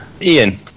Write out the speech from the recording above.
Ian